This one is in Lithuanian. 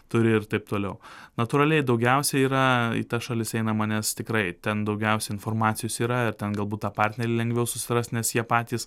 turi ir taip toliau natūraliai daugiausia yra į tas šalis einama nes tikrai ten daugiausia informacijos yra ir ten galbūt tą partnerį lengviau susirast nes jie patys